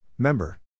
Member